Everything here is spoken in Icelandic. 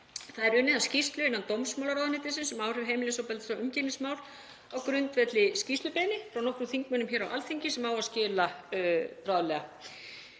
Það er unnið að skýrslu innan dómsmálaráðuneytisins um áhrif heimilisofbeldis á umgengnismál á grundvelli skýrslubeiðni frá nokkrum þingmönnum hér á Alþingi sem á að skila bráðlega.